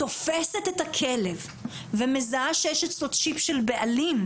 תופסת את הכלב ומזהה שיש אצלו צ'יפ של בעלים,